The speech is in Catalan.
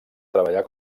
treballar